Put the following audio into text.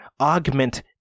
augment